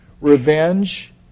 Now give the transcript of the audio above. Revenge